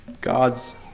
God's